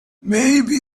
maybe